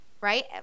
Right